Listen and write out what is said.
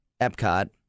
Epcot